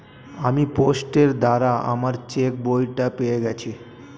আমি পোস্টের দ্বারা আমার চেকবইটা পেয়ে গেছি